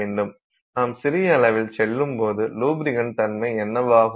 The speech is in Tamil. நாம் சிறிய அளவில் செல்லும் போது லுபிரிக்ண்ட் தன்மை என்னவாகும்